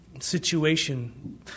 situation